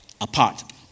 apart